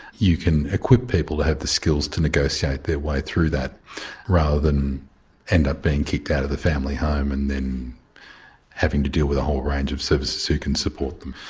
you can equip people to have the skills to negotiate their way through that rather than end up being kicked out of the family home and then having to deal with a whole range of services who can support them.